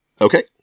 Okay